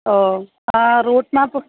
ഓ ആ route map